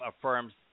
affirms